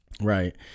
Right